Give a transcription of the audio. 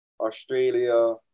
australia